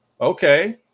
Okay